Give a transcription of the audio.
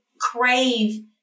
crave